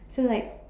so like